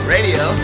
Radio